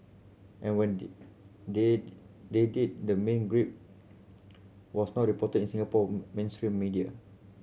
and when they they they did the main gripe was not reported in Singapore mainstream media